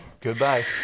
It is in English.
Goodbye